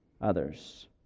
others